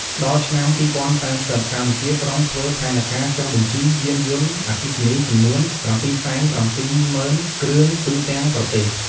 ដល់ឆ្នាំ ២០៣០ កម្ពុជាប្រុងធ្វើផែនការចុះបញ្ជីយានយន្តអគ្គិសនីចំនួន ៧៧០,០០០គ្រឿងទូទាំងប្រទេស។